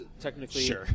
technically